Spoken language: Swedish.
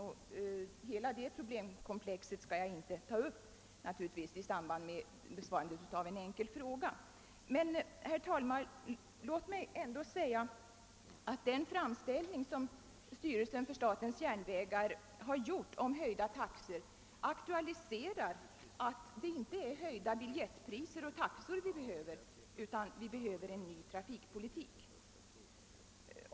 Jag skall naturligtvis inte ta upp hela detta problemkomplex i samband med besvarandet av en enkel fråga. Låt mig emellertid ändå, herr talman, säga att den framställning, som styrelsen för statens järnvägar gjort om höjda taxor, aktualiserar det förhållandet att det inte är höjda biljettpriser och taxor som vi behöver, utan en ny trafikpolitik.